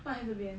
放在那边